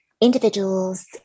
individuals